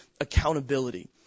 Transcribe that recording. accountability